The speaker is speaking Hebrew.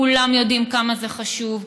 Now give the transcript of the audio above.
כולם יודעים כמה זה חשוב.